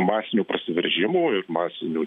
masinių prasiveržimų ir masinių